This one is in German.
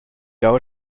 gaul